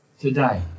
today